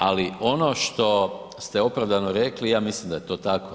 Ali ono što ste opravdano rekli, ja mislim da je to tako.